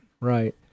right